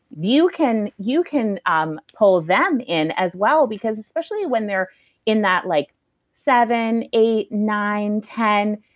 you can you can um pull them in as well, because. especially when they're in that like seven, eight, nine, ten,